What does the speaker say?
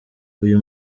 uyu